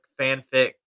fanfic